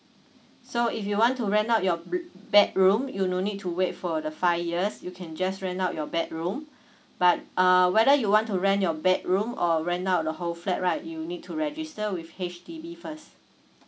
so if you want to rent out your bedroom you no need to wait for the five years you can just rent out your bedroom but uh whether you want to rent your bedroom or rent out the whole flat right you need to register with H_D_B first